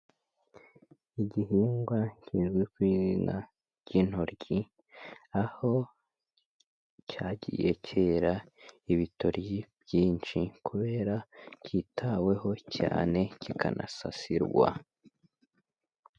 Igihingwa kizwi ku izina ry'intoryi, aho cyagiye cyera ibitoryi byinshi kubera kitaweho cyane kikanasasirwa.